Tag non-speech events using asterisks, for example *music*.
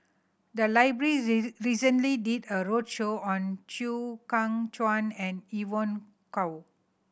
the library *unintelligible* recently did a roadshow on Chew Kheng Chuan and Evon Kow